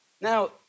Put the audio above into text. Now